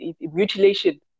Mutilation